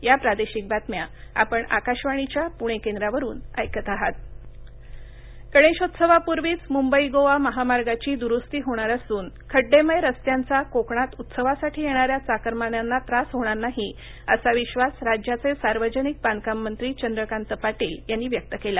या प्रादेशिक बातम्या आपण आकाशवाणीच्या पुणे केंद्रावरुन ऐकत आहात चंद्रकांत पाटीलः गणेशोत्सवापूर्वीच मुंबई गोवा महामार्गाची दुरुस्ती होणार असून खड्डेमय रस्त्यांचा कोकणात उत्सवासाठी येणाऱ्या चाकर्मान्यांना त्रास होणार नाही असा विधास राज्याचे सार्वजनिक बांधकाम मंत्री चंद्रकांत पाटील यांनी व्यक्त केला